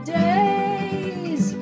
days